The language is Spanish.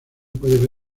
puede